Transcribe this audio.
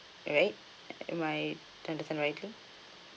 alright am I understand right thing